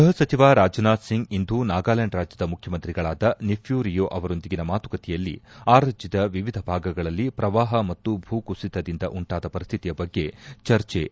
ಗೈಹ ಸಚಿವ ರಾಜನಾಥ್ ಸಿಂಗ್ ಇಂದು ನಾಗಾಲ್ವಾಂಡ್ ರಾಜ್ಞದ ಮುಖ್ಯಮಂತ್ರಿಗಳಾದ ನಿಘ್ದೂ ರಿಯೊ ಅವರೊಂದಿಗಿನ ಮಾತುಕತೆಯಲ್ಲಿ ಆ ರಾಜ್ಯದ ವಿವಿಧ ಭಾಗಗಳಲ್ಲಿ ಪ್ರವಾಹ ಮತ್ತು ಭೂ ಕುಸಿತದಿಂದ ಉಂಟಾದ ಪರಿಸ್ಥಿತಿಯ ಬಗ್ಗೆ ಚರ್ಚೆ ನಡೆಸಿದರು